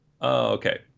Okay